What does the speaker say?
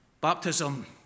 Baptism